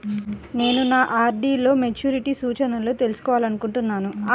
నేను నా ఆర్.డీ లో మెచ్యూరిటీ సూచనలను తెలుసుకోవాలనుకుంటున్నాను